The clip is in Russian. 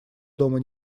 дома